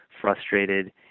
frustrated